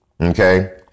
Okay